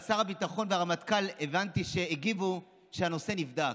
הבנתי ששר הביטחון והרמטכ"ל הגיבו שהנושא נבדק.